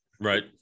right